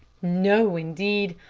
no, indeed.